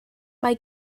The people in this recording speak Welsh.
mae